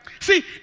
See